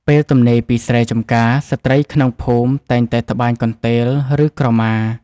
ពេលទំនេរពីស្រែចម្ការ ស្ត្រីក្នុងភូមិតែងតែត្បាញកន្ទេល ឬក្រមា។